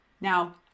Now